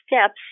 steps